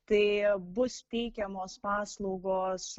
tai bus teikiamos paslaugos